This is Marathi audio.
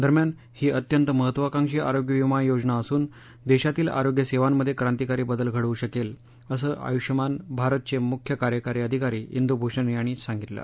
दरम्यान ही अत्यंत महत्वाकांक्षी आरोग्य वीमा योजना असून देशातील आरोग्य सेवांमध्ये क्रांतीकारी बदल घडवू शकेल असं आयुष्यमान भारतचे मुख्य कार्यकारी अधिकारी विंदू भूषण यांनी सांगितलं